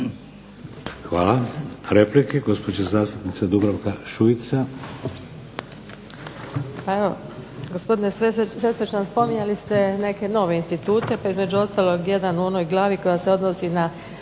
Hvala. Replike, gospođa zastupnica Dubravka Šuica.